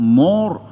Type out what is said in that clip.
more